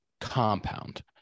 compound